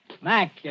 Mac